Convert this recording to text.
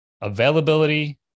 availability